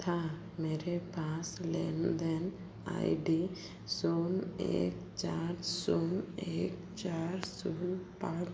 था मेरे पास लेन देन आई डी शून्य एक चार शून्य एक चार शून्य पाँच